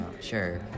Sure